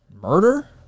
murder